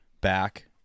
back